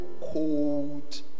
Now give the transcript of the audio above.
cold